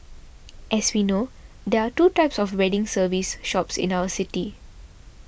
as we know there are two types of wedding service shops in our city